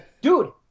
Dude